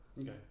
Okay